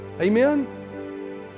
Amen